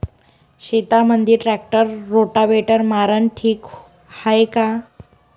शेतामंदी tractor rotavator मारनं ठीक हाये का?